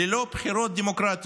ללא בחירות דמוקרטיות.